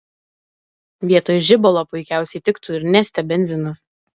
vietoj žibalo puikiausiai tiktų ir neste benzinas